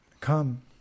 come